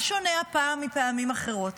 מה שונה הפעם מפעמים אחרות?